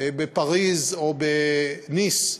בפריז או בניס,